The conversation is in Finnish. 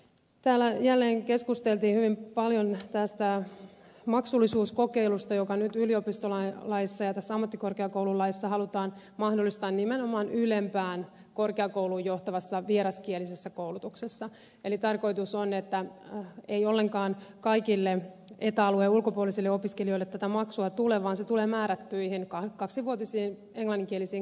täällä jälleen keskusteltiin hyvin paljon tästä maksullisuuskokeilusta joka nyt yliopistolaissa ja tässä ammattikorkeakoululaissa halutaan mahdollistaa nimenomaan ylempään korkeakoulututkintoon johtavassa vieraskielisessä koulutuksessa eli tarkoitus on että ei ollenkaan kaikille eta alueen ulkopuolisille opiskelijoille tätä maksua tule vaan se tulee määrättyihin kaksivuotisiin englanninkielisiin koulutusohjelmiin